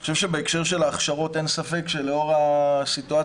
אני חושב שבהקשר של ההכשרות אין ספק שלאור הסיטואציה